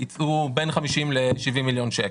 יצאו בין 50 ל-70 מיליון שקלים.